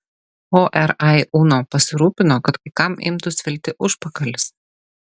o rai uno pasirūpino kad kai kam imtų svilti užpakalis